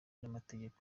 n’amategeko